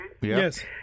Yes